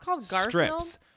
strips